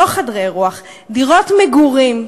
סליחה, דירות נופש, לא חדרי אירוח, דירות מגורים.